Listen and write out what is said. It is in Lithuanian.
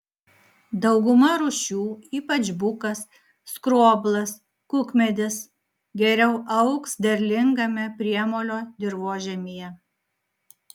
dauguma rūšių ypač bukas skroblas kukmedis geriau augs derlingame priemolio dirvožemyje